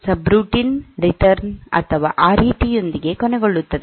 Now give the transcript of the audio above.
subroutine return ಅಥವಾ R E T ಯೊಂದಿಗೆ ಕೊನೆಗೊಳ್ಳುತ್ತದೆ